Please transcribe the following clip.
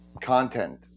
content